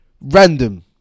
random